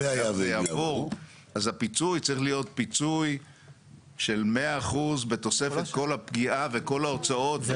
אז הפיצוי צריך להיות פיצוי של 100% בתוספת כל הפגיעה וכל ההוצאות.